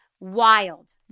wild